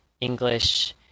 English